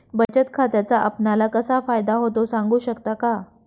बचत खात्याचा आपणाला कसा फायदा होतो? सांगू शकता का?